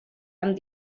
amb